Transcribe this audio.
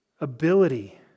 ability